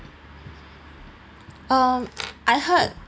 um I heard